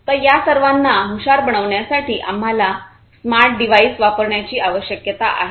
तर या सर्वांना हुशार बनविण्यासाठी आम्हाला स्मार्ट डिव्हाइस वापरण्याची आवश्यकता आहे